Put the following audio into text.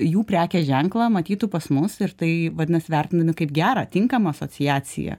jų prekės ženklą matytų pas mus ir tai vadinas vertinami kaip gerą tinkamą asociaciją